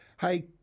Hey